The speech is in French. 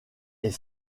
est